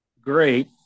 great